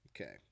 Okay